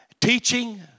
teaching